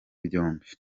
byombi